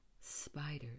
spiders